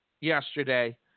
yesterday